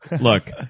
look